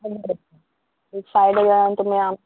बरें बरें साडे धांक तुमी